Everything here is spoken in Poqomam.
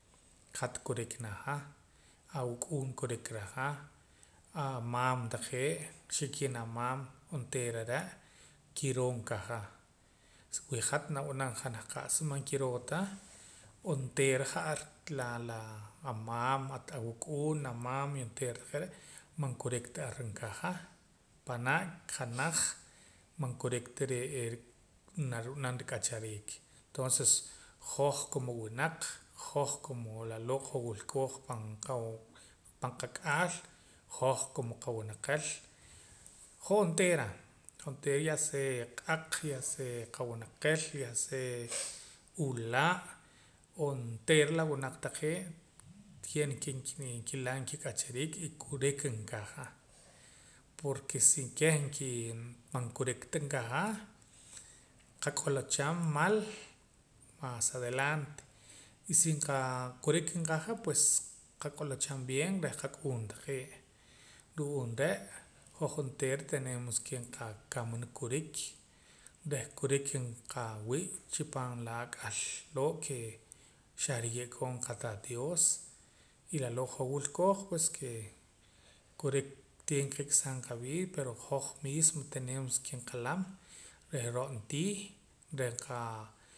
Hat kurik naja awuk'uun kurik nraja amaam taqee' xikin amaam onteera are' kiroo nkaja wi hat nab'anam janaj qa'sa man kiroo ta onteera ja'ar la laa amaam hat awak'uun amaam y ontaeera taqee' are' man kurik ta ar nkaja panaa janaj man kurik ta re'ee naru'nam ruk'achariik tonses hoj como wunaq hoj como laloo' hoj wilkooj pan qaa pan qak'aal hoj como qawinaqel hoj onteera hoj onteera ya sea q'aq ya sea qawinaqel ya sea ulaa' onteera la wunaq taqee' tiene ke nkilam kik'achariik y kurik nkaja porque si keh nkii man kurik ta nkaja qak'ulucham mal maas adelante y si nqaa kurik naqaja pues qak'ulucham bien reh qak'uun taqee' ru'uum re' hoj onteera tenemos ke nqakamana kurik reh kurik nqawii' chipaam la ak'al loo' ke xahriye' koon qataat dios y laloo' hoj wilkooj pues ke kurik tiene ke qik'saam qavida pero hoj mismo tenemos ke nqalam reh ro'ntii reh qaa